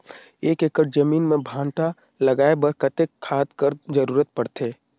एक एकड़ जमीन म भांटा लगाय बर कतेक खाद कर जरूरत पड़थे?